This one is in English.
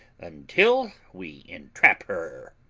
until we entrap her.